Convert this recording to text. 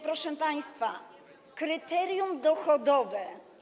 proszę państwa, kryterium dochodowe.